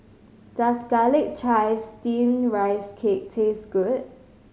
does garlic chive Steamed Rice Cake taste good